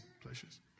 pleasures